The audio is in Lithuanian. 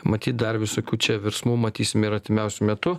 matyt dar visokių čia virsmų matysim ir artimiausiu metu